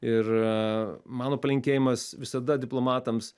ir mano palinkėjimas visada diplomatams